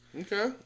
Okay